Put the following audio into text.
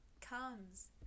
comes